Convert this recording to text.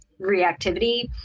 reactivity